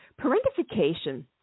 parentification